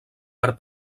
per